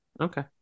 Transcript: Okay